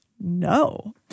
no